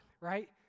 right